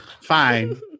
Fine